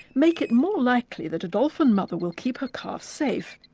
make it more likely that a dolphin mother will keep her calf safe,